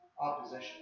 opposition